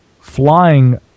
flying